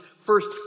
first